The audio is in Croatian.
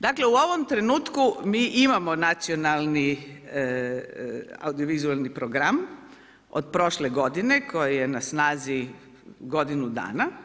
Dakle, u ovom trenutku mi imao nacionalni audio-vizualni program od prošlo godine, koji je na snazi godinu dana.